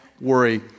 worry